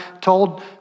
told